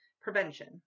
Prevention